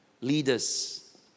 leaders